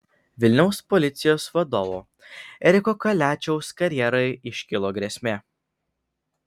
vilniaus policijos vadovo eriko kaliačiaus karjerai iškilo grėsmė